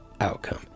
outcome